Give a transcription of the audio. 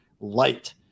Light